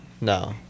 No